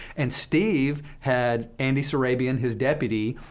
and steve had andy surabian, his deputy,